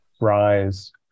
rise